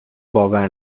باور